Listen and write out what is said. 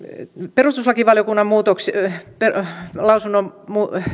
perustuslakivaliokunnan lausunnon